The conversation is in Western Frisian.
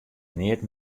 neat